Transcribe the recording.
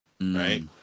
right